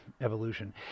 evolution